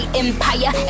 empire